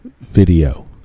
video